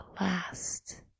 last